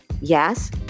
Yes